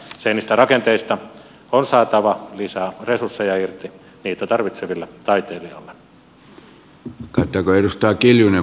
seinistä ja rakenteista on saatava lisää resursseja irti niitä tarvitseville taiteilijoille